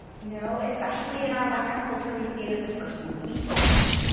you know especially in our western culture we see it as a personal weakness,